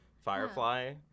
firefly